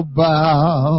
bow